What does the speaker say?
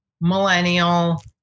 millennial